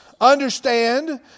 Understand